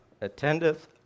attendeth